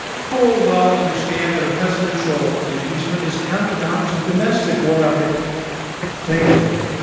full well understand that a presidential impeachment is tantamount to domestic war albeit thankfully